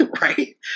right